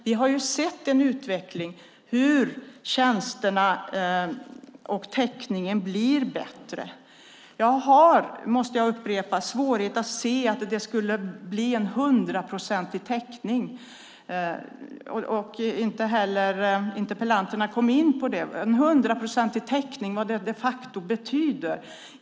Vi har ju sett en utveckling av tjänsterna och hur täckningen blir bättre. Jag har, måste jag upprepa, svårighet att se att det skulle bli en hundraprocentig täckning. Interpellanterna kom inte heller in på vad en hundraprocentig täckning de facto betyder.